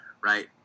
right